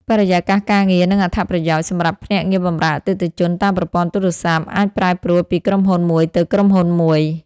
បរិយាកាសការងារ និងអត្ថប្រយោជន៍សម្រាប់ភ្នាក់ងារបម្រើអតិថិជនតាមប្រព័ន្ធទូរស័ព្ទ អាចប្រែប្រួលពីក្រុមហ៊ុនមួយទៅក្រុមហ៊ុនមួយ។